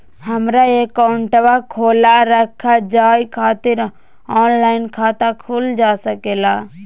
हमारा अकाउंट खोला रखा जाए खातिर ऑनलाइन खाता खुल सके ला?